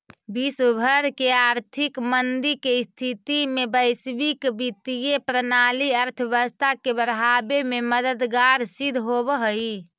विश्व भर के आर्थिक मंदी के स्थिति में वैश्विक वित्तीय प्रणाली अर्थव्यवस्था के बढ़ावे में मददगार सिद्ध होवऽ हई